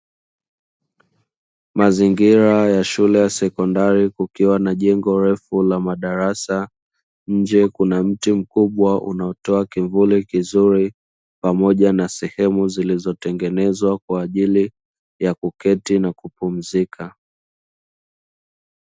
Mazingira ya shule ya sekondari kukiwa na jengo refu na madarasa, nje kuna mti mkubwa unaotoa kivuli kizuri pamoja na sehemu zilizotengenezwa kwa ajili ya kuketi na kupumzika.